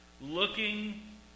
Looking